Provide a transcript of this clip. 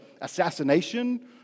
assassination